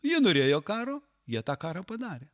jie norėjo karo jie tą karą padarė